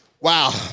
Wow